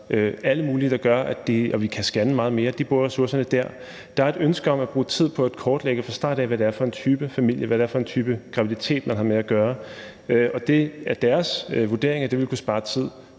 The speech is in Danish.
og diabetikere, og vi kan scanne meget mere, så de bruger ressourcerne dér, og alt muligt. Der er et ønske om at bruge tid på at kortlægge fra starten, hvad det er for en type familie, og hvad det er for en type graviditet, man har med at gøre. Og det er deres vurdering, at det ville kunne spare tid